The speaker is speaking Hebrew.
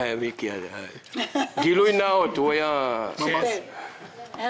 מי נגד?